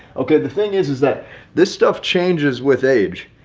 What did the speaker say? okay? the thing is, is that this stuff changes with age.